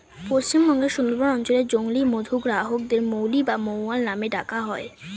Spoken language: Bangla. পশ্চিমবঙ্গের সুন্দরবন অঞ্চলে জংলী মধু সংগ্রাহকদের মৌলি বা মৌয়াল নামে ডাকা হয়